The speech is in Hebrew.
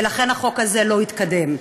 ולכן החוק הזה לא התקדם.